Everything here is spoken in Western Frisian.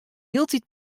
hieltyd